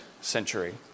century